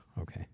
okay